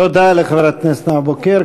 תודה לחברת הכנסת נאוה בוקר.